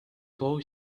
boy